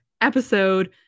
episode